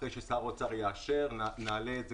אחרי ששר האוצר יאשר נעלה את זה,